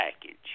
package